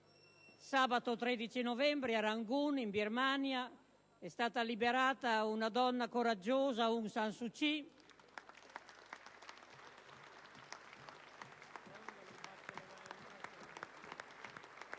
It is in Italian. sabato 13 novembre a Rangoon in Birmania è stata liberata una donna coraggiosa, Aung San Suu Kyi,